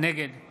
נגד